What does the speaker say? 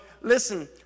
listen